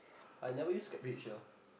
I never use GrabHitch sia